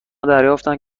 دریافتند